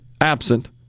absent